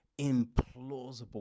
implausible